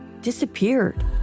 disappeared